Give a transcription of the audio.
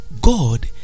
God